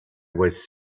was